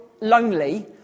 lonely